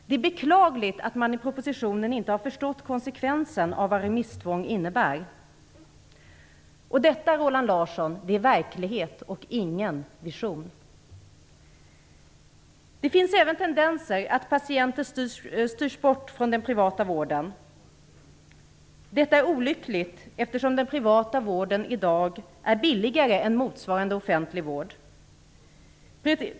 Det är beklagligt att man i propositionen inte har förstått vad konsekvensen blir av att remisstvång införs. Detta, Roland Larsson, är verklighet och ingen vision. Det finns även tendenser till att patienter styrs bort från den privata vården. Detta är olyckligt, eftersom den privata vården i dag är billigare än motsvarande offentlig vård.